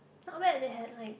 not bad they had like